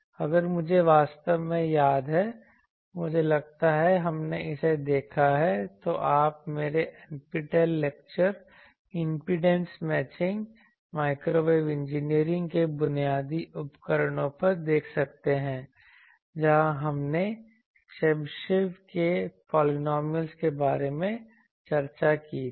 अगर मुझे वास्तव में याद है मुझे लगता है हमने इसे देखा है तो आप मेरे NPTEL लेक्चर इम्पीडेंस मिलान माइक्रोवेव इंजीनियरिंग के बुनियादी उपकरणों पर देख सकते हैं जहां हमने चेबेशेव पॉलिनॉमिअल्स के बारे में चर्चा की है